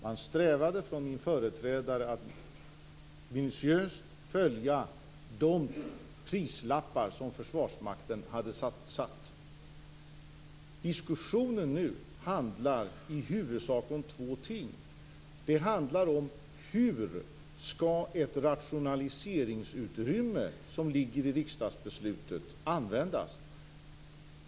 Min företrädare strävade efter att minutiöst följa de prislappar som Försvarsmakten hade satt. Diskussionen nu handlar i huvudsak om två ting. Den handlar om hur det rationaliseringsutrymme som ligger i riksdagsbeslutet skall användas.